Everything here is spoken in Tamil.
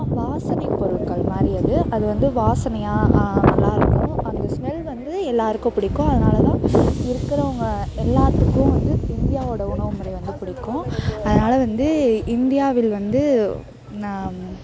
வாசனை பொருட்கள்மாதிரி அது அது வந்து வாசனையாக நல்லாயிருக்கும் அந்த ஸ்மெல் வந்து எல்லாருக்கும் பிடிக்கும் அதனாலதான் இருக்கிறவங்க எல்லாத்துக்கும் வந்து இந்தியாவோடய உணவுமுறை வந்து பிடிக்கும் அதனால வந்து இந்தியாவில் வந்து ந